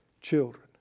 children